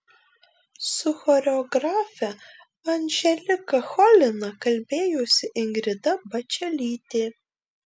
su choreografe anželika cholina kalbėjosi ingrida bačelytė